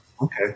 Okay